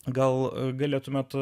gal galėtumėte